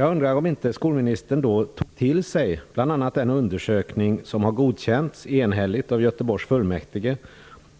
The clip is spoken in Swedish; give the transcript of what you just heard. Jag undrar om inte skolmininstern då tog till sig den undersökning som har godkänts enhälligt av Göteborgs fullmäktige